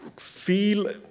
feel